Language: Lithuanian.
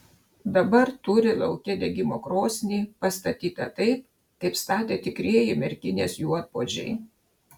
dabar turi lauke degimo krosnį pastatytą taip kaip statė tikrieji merkinės juodpuodžiai